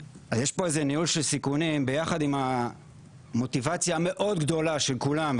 יש פה ניהול סיכונים ביחד עם מוטיבציה מאוד גבוהה שלכולם,